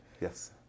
Yes